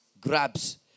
grabs